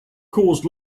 caused